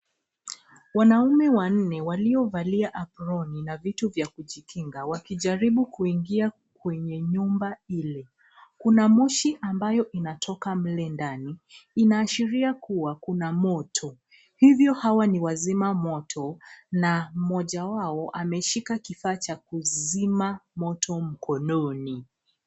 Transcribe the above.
Wanaume wanne waliovalia aproni na vitu vya kujikinga wakijaribu kuingia kwenye nyumba hili. Kuna moshi ambayo inatoka mle ndani inaashiria kuwa kuna moto. Hivyo hawa ni wazimamoto na mmoja wao ameshika kifaa cha kuzima moto mkononi.